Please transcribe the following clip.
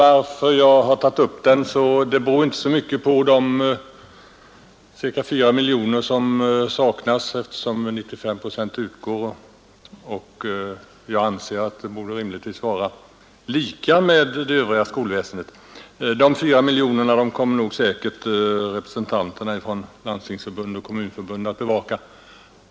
Att jag har tagit upp den här saken beror inte så mycket på de ca 4 miljoner som saknas, eftersom endast 95 procent utgår i statsbidrag till rektorsoch lärarlöner vid särskolor även om jag anser att statsbidraget rimligtvis borde vara lika med det övriga skolväsendets. De 4 miljonerna kommer säkert representanterna för Landstingsförbundet och Kommunförbundet att bevaka.